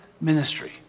ministry